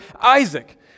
Isaac